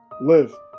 live